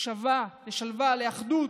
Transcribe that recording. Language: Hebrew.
לשלווה לאחדות,